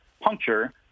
puncture